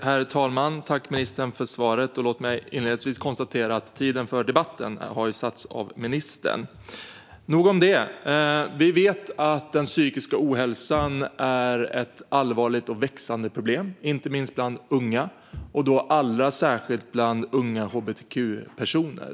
Herr talman! Tack, ministern, för svaret! Låt mig inledningsvis konstatera att tiden för debatten har satts av ministern. Nog om det. Vi vet att den psykiska ohälsan är ett allvarligt och växande problem, inte minst bland unga och då särskilt bland unga hbtq-personer.